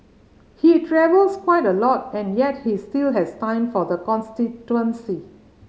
he travels quite a lot and yet he still has time for the constituency